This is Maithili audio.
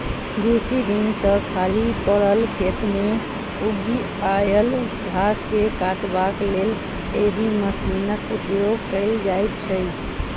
बेसी दिन सॅ खाली पड़ल खेत मे उगि आयल घास के काटबाक लेल एहि मशीनक उपयोग कयल जाइत छै